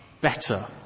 better